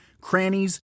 crannies